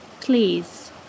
Please